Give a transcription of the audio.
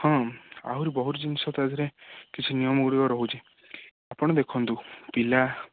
ହଁ ଆହୁରି ବହୁତ ଜିନିଷ ତାଥିରେ କିଛି ନିୟମଗୁଡ଼ିକ ରହୁଛି ଆପଣ ଦେଖନ୍ତୁ ପିଲା